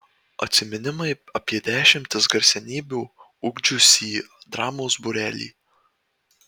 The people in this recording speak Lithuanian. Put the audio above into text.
atsiminimai apie dešimtis garsenybių ugdžiusį dramos būrelį